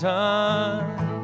time